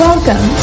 Welcome